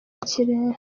kirere